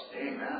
Amen